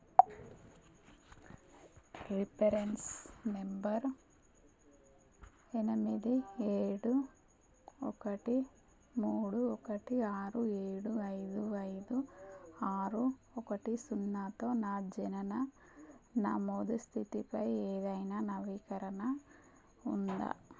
reference number ఎనిమిది ఏడు ఒకటి మూడు ఒకటి ఆరు ఏడు ఐదు ఐదు ఆరు ఒకటి సున్నాతో నా జనన నమోదు స్థితిపై ఏదైనా నవీకరణ ఉందా